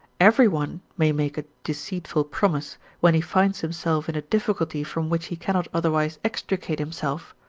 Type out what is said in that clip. every one may make a deceitful promise when he finds himself in a difficulty from which he cannot otherwise extricate himself?